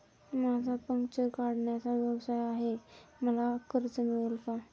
माझा पंक्चर काढण्याचा व्यवसाय आहे मला कर्ज मिळेल का?